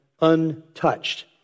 untouched